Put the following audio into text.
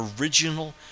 original